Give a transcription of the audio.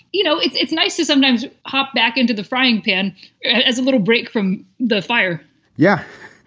you know, it's it's nice to sometimes hop back into the frying pan as a little break from the fire yeah.